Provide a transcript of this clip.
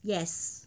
yes